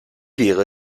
wäre